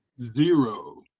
Zero